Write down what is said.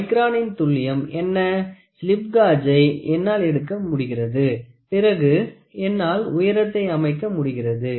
மைக்ரானின் துல்லியம் என்ன ஸ்லிப் கேஜை என்னால் எடுக்க முடிகிறது பிறகு என்னால் உயரத்தை அமைக்க முடிகிறது